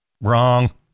Wrong